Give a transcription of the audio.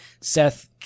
Seth